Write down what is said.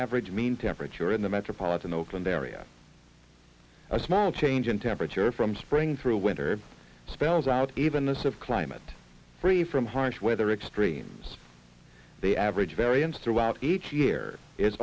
average mean temperature in the metropolitan oakland area a small change in temperature from spring through winter spells out even this of climate free from harsh weather extremes the average variance throughout